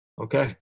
okay